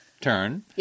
turn